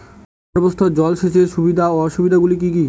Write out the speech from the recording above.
ভূগর্ভস্থ জল সেচের সুবিধা ও অসুবিধা গুলি কি কি?